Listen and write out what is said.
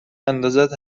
اندازت